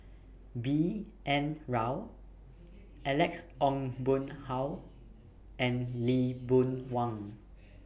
B N Rao Alex Ong Boon Hau and Lee Boon Wang